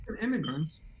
immigrants